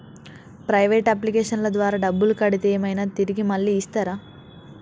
Private అప్లికేషన్ల ద్వారా డబ్బులు కడితే ఏమైనా తిరిగి మళ్ళీ ఇస్తరా?